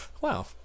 wow